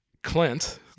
Clint